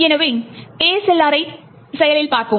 எனவே ASLR ஐ செயலில் பார்ப்போம்